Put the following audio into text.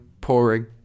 pouring